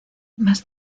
más